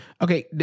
Okay